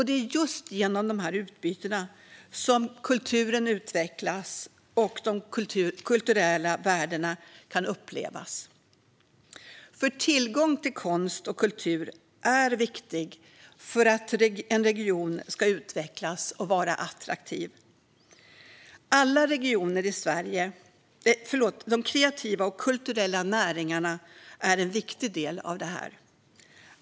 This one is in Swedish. Det är just genom dessa utbyten som kulturen utvecklas och de kulturella värdena kan upplevas. Tillgång till konst och kultur är nämligen viktigt för att en region ska utvecklas och vara attraktiv. De kreativa och kulturella näringarna är en viktig del av detta.